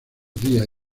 días